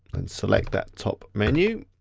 and select that top menu.